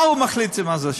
מה הוא מחליט לי מה זה שם.